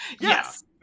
Yes